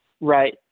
Right